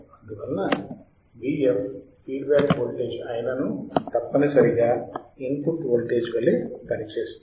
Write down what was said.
అందువల్ల Vf feedback voltage అయిననూ తప్పనిసరిగా ఇన్పుట్ వోల్టేజ్ వలె పనిచేస్తుంది